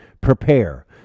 prepare